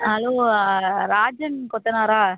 hello Rajan கொத்தனாரா